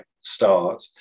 start